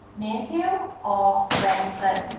nephew or grandson.